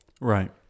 Right